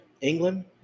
England